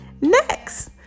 next